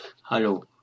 hello